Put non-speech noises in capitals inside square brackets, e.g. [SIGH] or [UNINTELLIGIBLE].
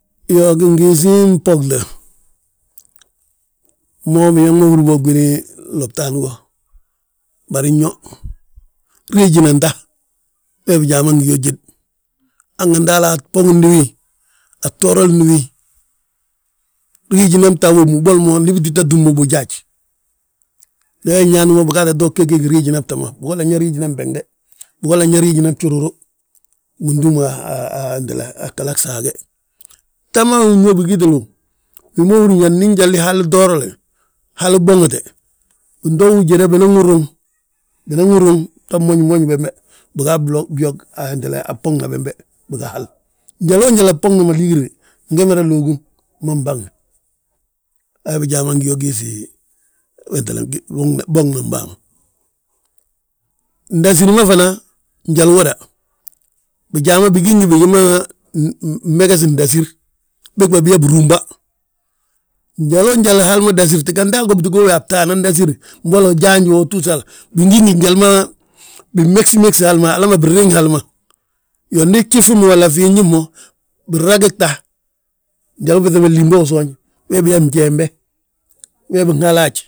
Bin gee bwus mbanba ndas bi, boli mo ŧenŧi wembe jéeŋ hali ma nto góbi fjéeŋ fjéeŋ fembe binloti fi. Fmaa binlotti gsele, bii tti floti mo gsele bifiyaa, njan fjeb fee biyaa bsugul. Bsugul wee gí fjebu fjaa, [UNINTELLIGIBLE] he biyaa júɓud, júɓudni bjéeŋ ge gdúbatu ge ajaa nloti. Wembe wi gí, ffomtena ajaa, wala, geg bâa bog húru. Gembe gmada, ŋóodu momu, nsdu ugí yaa bâan ma bâfuuŋna gi, bâmadana gi ŋóode. Ñe a hódi wiinda wo, mbamba ngi gí mo ngi glimbiri gsole, basgo bâgí ngi mbaa glimbire. Anín hiinda han wammu glimbiri nniino, gtiga a boti ma han wammu, ayaa mo atti gyaanti. Iyoo boli mo bâloti mo gsele, bâgí ngi wédi glimbiri ma, bari bâgi ngi glimbiri gsoli gembele ngi haji sa ahaa atúm a gseli ma hanganti utúm mo diwiliin ma haj bari angi túm mo wenteli ma haj. Iyoo, gembe gdúbatu gmada ŋóode wammu. Gbúyi, gbúyi ga a fnjiŋni fo, uñóbe laafi ga a fnjiŋni fo uñóbe, biñaŋaa tta ruŋ womi gfúti, bina yaa fúti